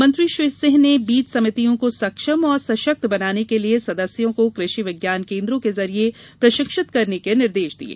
मंत्री श्री सिंह ने बीज समितियों को सक्षम एवं सशक्त बनाने के लिए सदस्यों को कृषि विज्ञान केन्द्रों के जरिये प्रशिक्षित करने के निर्देश दिये